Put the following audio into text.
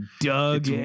Doug